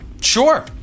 Sure